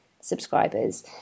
subscribers